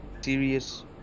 serious